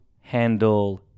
handle